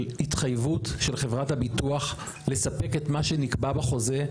התחייבות של חברת הביטוח לספק את מה שנקבע בחוזה.